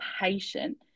patient